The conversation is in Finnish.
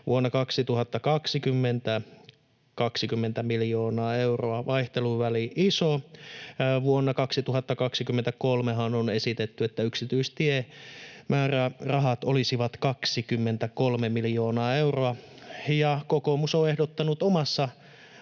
vuonna 2021, 20 miljoonaa euroa vuonna 2020 — vaihteluväli iso. Vuodelle 2023:han on esitetty, että yksityistiemäärärahat olisivat 23 miljoonaa euroa, ja kokoomus on ehdottanut omassa